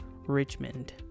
Richmond